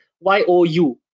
Y-O-U